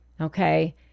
okay